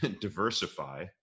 diversify